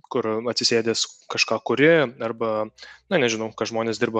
kur atsisėdęs kažką kuri arba na nežinau ką žmonės dirba